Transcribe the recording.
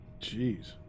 Jeez